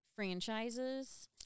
franchises